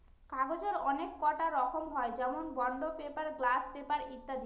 কাগজের অনেককটা রকম হয় যেমন বন্ড পেপার, গ্লাস পেপার ইত্যাদি